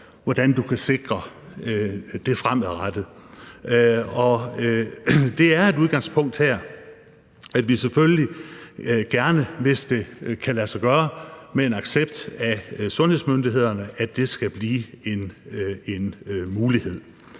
hvordan det kan sikres fremadrettet. Det er et udgangspunkt, at vi selvfølgelig gerne, hvis det kan lade sig gøre med en accept fra sundhedsmyndighederne, vil have, at det bliver en mulighed.